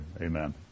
Amen